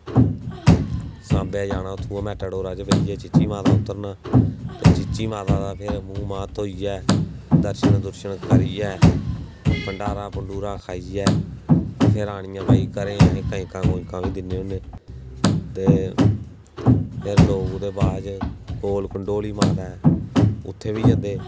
सांबा जाना ते उत्थुआं मेटाडोर बेहियै चीची माता उतरना ते फिर चीची माता दा मूंह् धोइयै दर्शन करियै भंडारा खाइयै ते फिर घरै आनियै भई कंजकां बी दिन्ने होन्ने ते फिर लोग ओह्दे बाद कोल कंडोली माता ऐ उत्थै बी जंदे